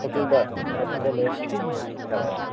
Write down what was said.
ꯍꯣꯇꯦꯜꯗ ꯆꯥꯛ ꯆꯥꯁꯜꯂꯛꯑꯦ ꯑ